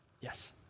Yes